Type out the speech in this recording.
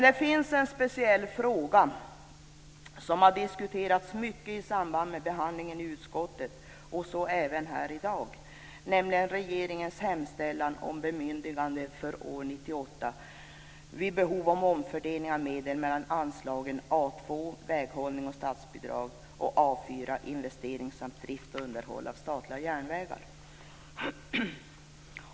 Det finns en speciell fråga som har diskuterats mycket i samband med behandlingen i utskottet, och så även här i dag, nämligen regeringens hemställan om bemyndigande för år 1998 att vid behov omfördela medel mellan anslagen A 2 - väghållning och statsbidrag - och A 4 - investeringar samt drift och underhåll av statliga järnvägar.